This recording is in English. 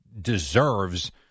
deserves